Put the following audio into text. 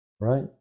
Right